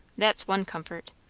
that's one comfort.